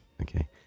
Okay